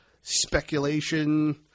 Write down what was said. speculation